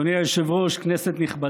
רק לזועבי מגיע, אדוני היושב-ראש, כנסת נכבדה,